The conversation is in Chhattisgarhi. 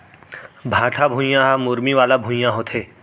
भाठा भुइयां ह मुरमी वाला भुइयां होथे